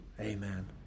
Amen